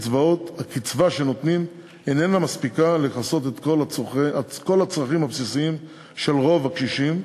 הקצבה שנותנים אינה מספיקה לכסות את כל הצרכים הבסיסיים של רוב הקשישים,